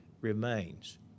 remains